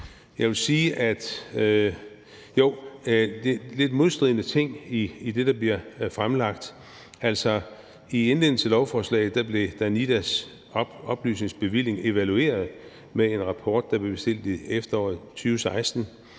Jeg vil sige, at der er lidt modstridende ting i det, der bliver fremlagt. Altså, i indledningen til lovforslaget nævnes Danidas oplysningsbevilling, der blev evalueret med en rapport, som blev bestilt i efteråret 2016,